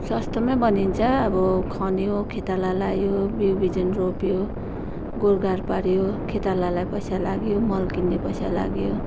सस्तोमै बनिन्छ अब खन्यो खेताला लायो बिउ बिजन रोप्यो गोडगाड पाऱ्यो खेतालालाई पैसा लाग्यो मल किन्ने पैसा लाग्यो